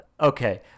Okay